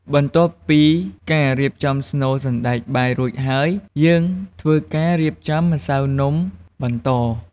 បន្ទាប់ពីការរៀបចំស្នូលសណ្ដែកបាយរួចហើយ យើងធ្វើការរៀបចំម្សៅនំបន្ត។